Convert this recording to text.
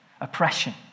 Oppression